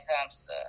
comes